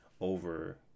over